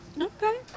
Okay